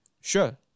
sure